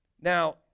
Now